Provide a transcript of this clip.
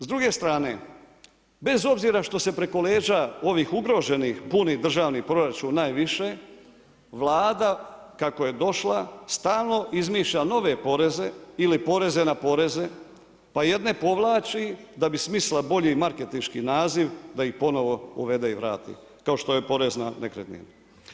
S druge strane, bez obzira što se preko leđa ovih ugroženih puni državni proračun najviše Vlada kako je došla stalno izmišlja nove poreze ili poreze na poreze, pa jedne povlači da bi smislila bolji marketinški naziv da ih ponovno uvede i vrati kao što je porez na nekretnine.